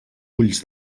ulls